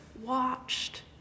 watched